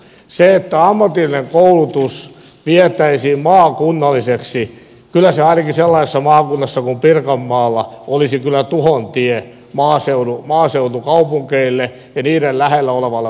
se että ammatillinen koulutus vietäisiin maakunnalliseksi ainakin sellaisessa maakunnassa kuin pirkanmaalla olisi kyllä tuhon tie maaseutukaupungeille ja niiden lähellä olevalle maaseudulle